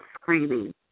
screaming